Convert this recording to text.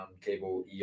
cable